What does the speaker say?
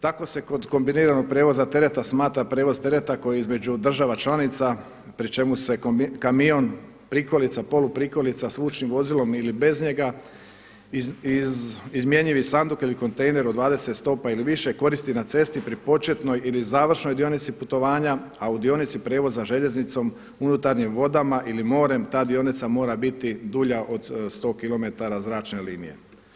Tako se kod kombiniranog prijevoza tereta smatra prijevoz tereta koji između država članica pri čemu se kamion, prikolica, poluprikolica s vučnim vozilom ili bez njega, izmjenjivi sanduk ili kontejner od 20 stopa i više koristi na cesti pri početnoj ili završeno dionici putovanja a u dionici prijevoza željeznicom, unutarnjim vodama ili morem ta dionica mora biti dulja od 100 kilometara zračne linije.